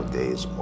days